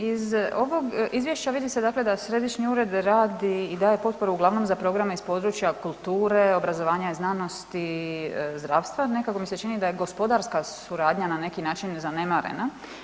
Iz ovog izvješća vidi se dakle da središnji ured radi i daje potporu uglavnom za programe iz područja kulture, obrazovanja i znanosti, zdravstva, nekako mi se čini da je gospodarska suradnja na neki način zanemarena.